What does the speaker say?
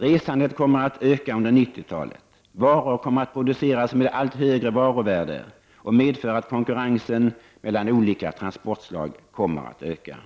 Resandet kommer att öka under 90-talet, varor kommer att produceras med allt högre varuvärde, och det medför att konkurrensen mellan olika transportslag kommer att öka.